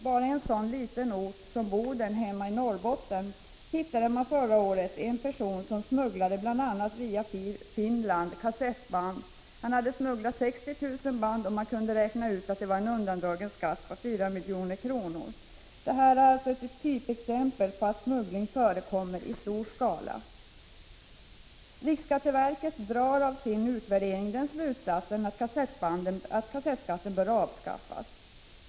Bara i en så liten ort som Boden hemma i Norrbotten hittade man förra året en person som bl.a. via Finland hade smugglat 60 000 kassettband. Man räknade ut att han hade undandragit staten 4 milj.kr. i skatt. Detta är ett typexempel på att smuggling förekommer i stor skala. Riksskatteverket drar av sin utvärdering den slutsatsen att kassettskatten bör avskaffas.